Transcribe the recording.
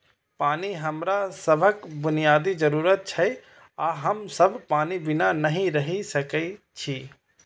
पानि हमरा सभक बुनियादी जरूरत छियै आ हम सब पानि बिना नहि रहि सकै छी